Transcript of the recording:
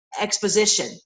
exposition